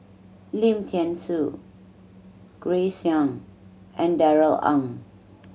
Lim Thean Soo Grace Young and Darrell Ang